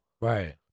Right